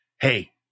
Hey